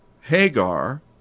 Hagar